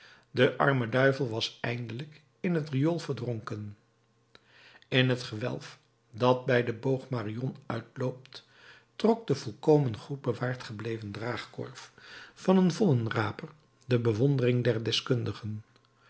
de arme duivel was eindelijk in het riool verdronken in het gewelf dat bij den boog marion uitloopt trok de volkomen goed bewaard gebleven draagkorf van een voddenraper de bewondering der deskundigen